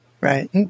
Right